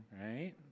right